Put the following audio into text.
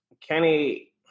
Kenny